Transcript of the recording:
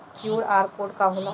QR code का होला?